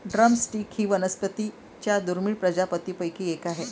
drum stick ही वनस्पतीं च्या दुर्मिळ प्रजातींपैकी एक आहे